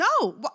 No